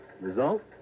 Result